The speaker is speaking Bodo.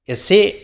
एसे